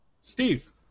Steve